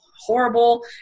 horrible